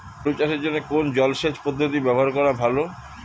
আলু চাষের জন্য কোন জলসেচ পদ্ধতি ব্যবহার করা ভালো?